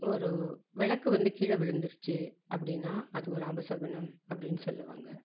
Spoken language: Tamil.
ஒரு விளக்கு வந்து கீழே விழுந்துருச்சு அப்படின்னா அது ஒரு அபசகுனம் அப்படின்னு சொல்லுவாங்க